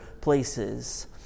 places